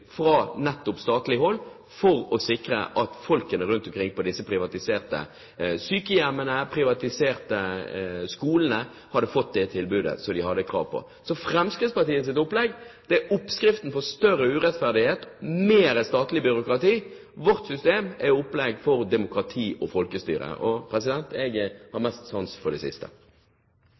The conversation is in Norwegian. fra statlig hold for å sikre at folk rundt omkring på disse privatiserte sykehjemmene og privatiserte skolene hadde fått det tilbudet som de hadde krav på. Så Fremskrittspartiets opplegg er oppskriften på større urettferdighet og mer statlig byråkrati. Vårt system er et opplegg for demokrati og folkestyre. Jeg har mest sansen for det siste.